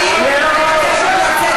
אתם תשכחו מזה.